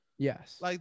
Yes